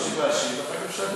אבל אתה הבנת?